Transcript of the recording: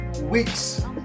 weeks